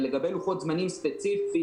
לגבי לוחות זמנים ספציפיים,